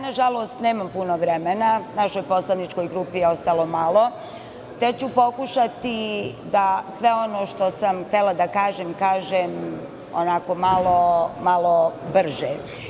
Nažalost nemam puno vremena, našoj poslaničkoj grupi ostalo malo, te ću pokušati da sve ono što sam htela da kažem, kažem malo brže.